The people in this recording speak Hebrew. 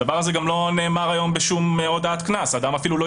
הדבר הזה לא נאמר היום בשום הודעת קנס והאדם אפילו לא